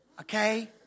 Okay